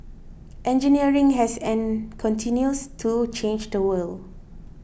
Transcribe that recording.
engineering has and continues to change the world